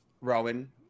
Rowan